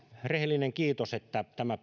rehellinen kiitos että tämä